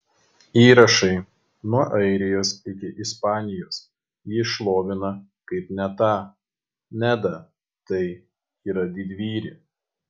įrašai nuo airijos iki ispanijos jį šlovina kaip netą nedą tai yra didvyrį